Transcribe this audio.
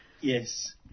Yes